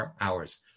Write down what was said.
hours